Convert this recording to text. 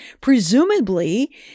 presumably